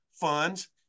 funds